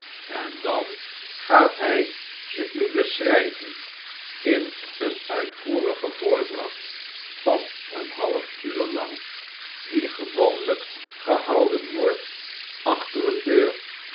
en dan gaat hij ze u beschryven in een uitvoerige voordracht van een half uur lang die gewoonljjk gehouden wordt achter een deur